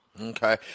Okay